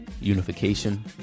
Unification